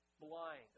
blind